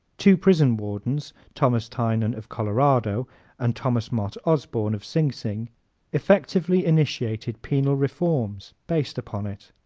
two prison wardens thomas tynan of colorado and thomas mott osborne of sing sing effectively initiated penal reforms based upon it.